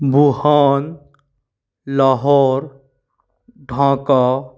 Wuhan Lahore Dhaka